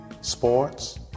sports